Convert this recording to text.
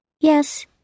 Yes